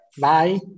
Bye